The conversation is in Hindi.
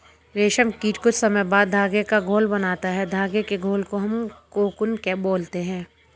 रेशम कीट कुछ समय बाद धागे का घोल बनाता है धागे के घोल को हम कोकून बोलते हैं